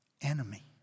enemy